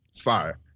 fire